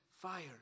fire